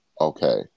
Okay